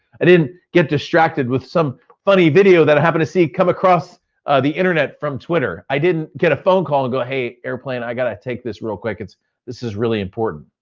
i didn't get distracted with some funny video that i happen to see come across the internet from twitter. i didn't get a phone call and go, hey, airplane, i gotta take this real quick. this is really important.